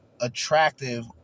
attractive